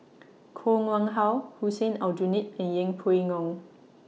Koh Nguang How Hussein Aljunied and Yeng Pway Ngon